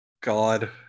God